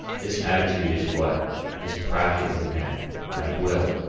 this attitude is what is practically meant by will.